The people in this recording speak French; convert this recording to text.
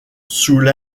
sous